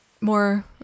more